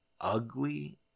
ugly